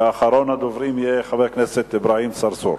ואחרון הדוברים יהיה חבר הכנסת אברהים צרצור.